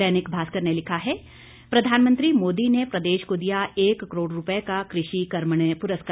दैनिक भास्कर ने लिखा है प्रधानमंत्री मोदी ने प्रदेश को दिया एक करोड़ रूपये का कृषि कर्मण्य पुरस्कार